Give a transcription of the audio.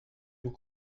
vous